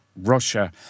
Russia